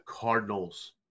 Cardinals